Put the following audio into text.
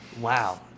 Wow